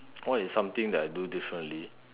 what is something that I do differently